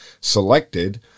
selected